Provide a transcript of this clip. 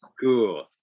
cool